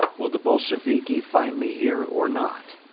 will the bolsheviki find me here or not?